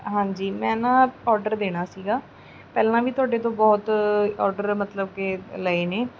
ਹਾਂਜੀ ਮੈਂ ਨਾ ਓਡਰ ਦੇਣਾ ਸੀਗਾ ਪਹਿਲਾਂ ਵੀ ਤੁਹਾਡੇ ਤੋਂ ਬਹੁਤ ਓਡਰ ਮਤਲਬ ਕਿ ਲਏ ਨੇ